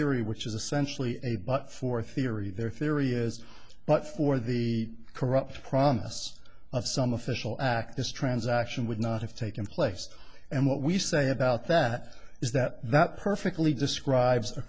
theory which is essentially a but for theory their theory is but for the corrupt promise of some official act this transaction would not have taken place and what we say about that is that that perfectly describes